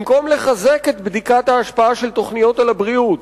במקום לחזק את בדיקת ההשפעה של תוכניות על הבריאות,